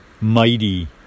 mighty